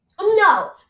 No